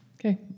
Okay